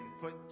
put